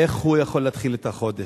איך הוא יכול להתחיל את החודש?